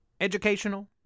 educational